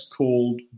called